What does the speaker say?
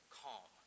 calm